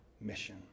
mission